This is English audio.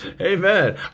Amen